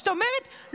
זאת אומרת,